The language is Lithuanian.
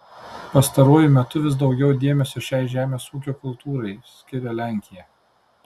pastaruoju metu vis daugiau dėmesio šiai žemės ūkio kultūrai skiria lenkija